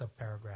subparagraph